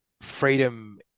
freedom